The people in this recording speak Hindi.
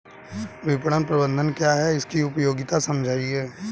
विपणन प्रबंधन क्या है इसकी उपयोगिता समझाइए?